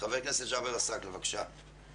חבר הכנסת ג'אבר עסאקלה, בבקשה.